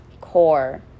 core